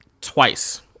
twice